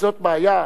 וזאת בעיה.